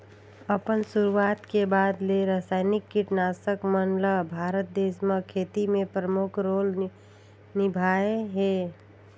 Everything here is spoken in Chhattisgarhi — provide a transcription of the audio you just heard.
अपन शुरुआत के बाद ले रसायनिक कीटनाशक मन ल भारत देश म खेती में प्रमुख रोल निभाए हे